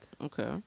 Okay